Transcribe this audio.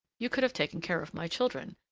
you could have taken care of my children,